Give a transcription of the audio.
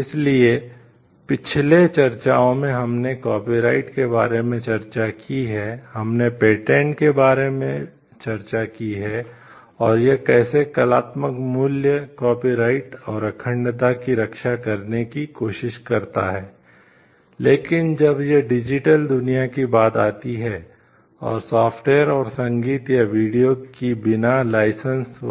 इसलिए पिछली चर्चाओं में हमने कॉपीराइट